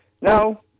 No